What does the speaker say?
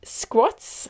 squats